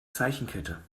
zeichenkette